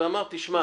והוא אמר: תשמע,